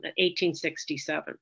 1867